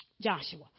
Joshua